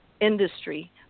industry